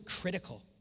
critical